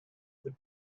would